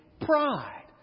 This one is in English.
pride